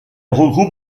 regroupe